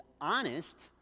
honest